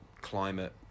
climate